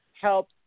help